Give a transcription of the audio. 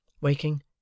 Waking